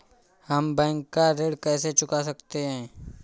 हम बैंक का ऋण कैसे चुका सकते हैं?